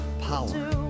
Power